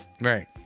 Right